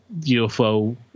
UFO